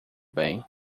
bem